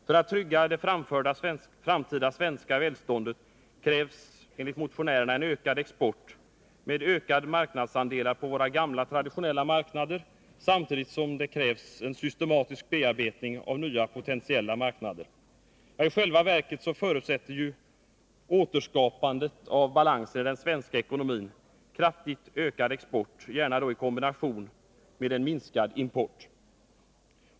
För att trygga det framtida svenska välståndet krävs enligt motionärerna ökad export med ökade marknadsandelar på våra gamla traditionella marknader samtidigt som det krävs en systematisk bearbetning av nya potentiella marknader. I själva verket förutsätter återskapandet av balansen i den svenska ekonomin kraftigt ökad export, gärna i kombination med en minskad import.